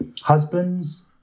husbands